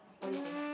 what do you think